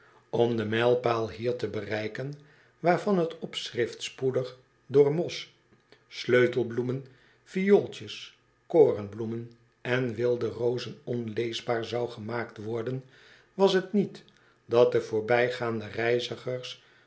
om den mijlpaal hier te bereiken waarvan t opschrift spoedig door mos sleutelbloemen viooltjes korenbloemen en wilde rozen onleesbaar zou gemaakt worden was t niet dat de voorbijgaande reizigers